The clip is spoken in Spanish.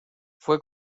fue